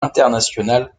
internationale